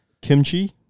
kimchi